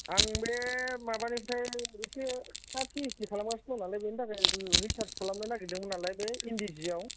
आं बे माबानिफ्राय इसे पि ऐस डि खालामगासिनो दं नालाय बेनि थाखाय रिसार्च खालामनो नागिरदोंमोन नालाय बै इन्दि जिआव